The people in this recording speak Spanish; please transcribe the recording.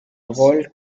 gol